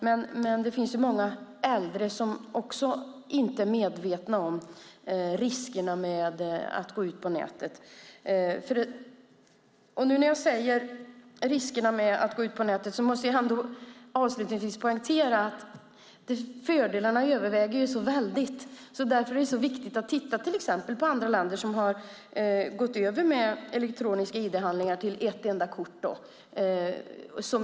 Men det finns många äldre som inte är medvetna om riskerna med att gå ut på nätet. När jag säger "riskerna med att gå ut på nätet" måste jag ändå poängtera att fördelarna överväger så mycket. Därför är det viktigt att titta på andra länder som har gått över till att ha ett enda kort som elektronisk ID-handling.